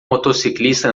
motociclista